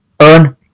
earn